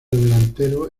delantero